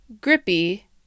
grippy